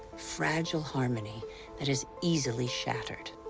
fragile harmony that is easily shattered.